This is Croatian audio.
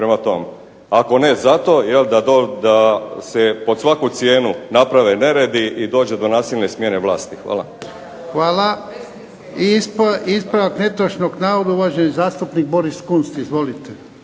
ako ne zato da se pod svaku cijenu naprave neredi i dođe do nasilne smjene vlasti. Hvala. **Jarnjak, Ivan (HDZ)** Hvala. I ispravak netočnog navoda, uvaženi zastupnik Boris Kunst. Izvolite.